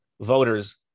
voters